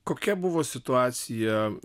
kokia buvo situacija